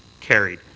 carried.